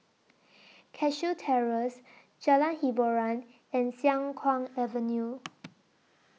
Cashew Terrace Jalan Hiboran and Siang Kuang Avenue